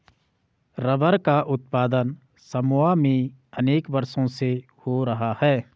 rubber का उत्पादन Samoa में अनेक वर्षों से हो रहा है